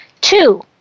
Two